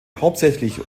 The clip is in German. hauptsächlich